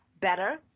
better